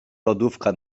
lodówka